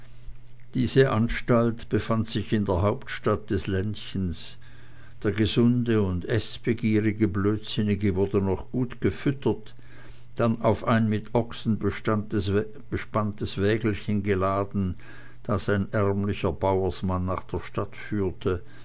diese anstalt befand sich in der hauptstadt des ländchens der gesunde und eßbegierige blödsinnige wurde noch gut gefüttert dann auf ein mit ochsen bespanntes wägelchen geladen das ein ärmlicher bauersmann nach der stadt führte